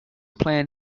plan